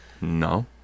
No